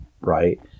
right